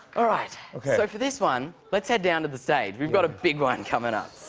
all right! so for this one, let's head down to the stage. we've got a big one coming up.